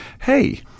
hey